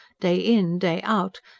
day in, day out,